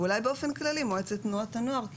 ואולי באופן כללי מול מועצת הנוער כי